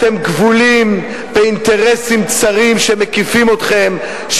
אתם כבולים באינטרסים צרים שמקיפים אתכם,